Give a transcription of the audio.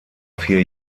vier